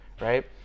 right